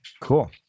Cool